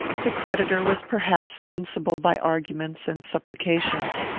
the creditor was perhaps vincible by arguments and supplications.